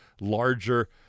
larger